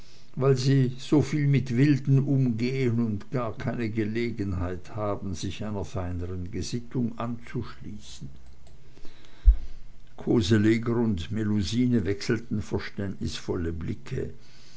weil sie soviel mit wilden umgehn und gar keine gelegenheit haben sich einer feineren gesittung anzuschließen koseleger und melusine wechselten verständnisvoll blicke